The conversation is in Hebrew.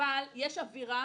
יש אווירה